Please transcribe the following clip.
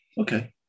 Okay